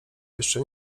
jeszcze